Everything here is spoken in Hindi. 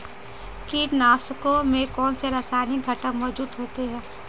कीटनाशकों में कौनसे रासायनिक घटक मौजूद होते हैं?